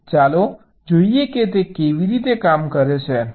ચાલો જોઈએ કે તે કેવી રીતે કામ કરે છે